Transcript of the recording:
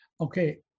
Okay